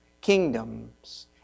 Kingdoms